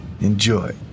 Enjoy